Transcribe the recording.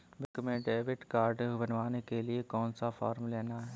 Bank में debit card बनवाने के लिए कौन सा फॉर्म लेना है?